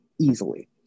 easily